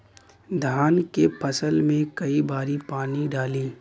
धान के फसल मे कई बारी पानी डाली?